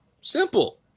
Simple